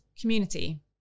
community